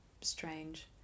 strange